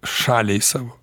šaliai savo